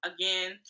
again